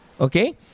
Okay